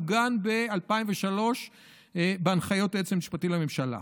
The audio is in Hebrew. והוא עוגן ב-2003 בהנחיות היועץ המשפטי לממשלה.